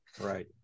Right